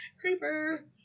Creeper